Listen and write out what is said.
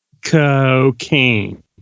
Cocaine